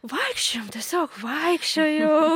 vaikščiojom tiesiog vaikščiojau